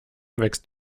wächst